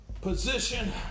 Position